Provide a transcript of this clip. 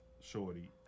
Shorty